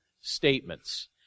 statements